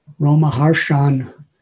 Romaharshan